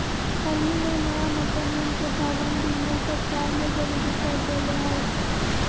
हल ही में नया मकनवा के भवन बीमा सरकार ने जरुरी कर देले है